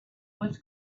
was